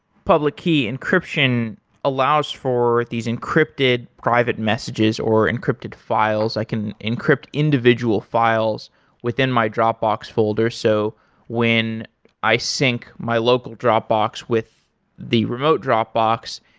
public key encryption allows for these encrypted private messages or encrypted files. i can encrypt individual files within my dropbox folder, so when i sync my local dropbox with the remote dropbox,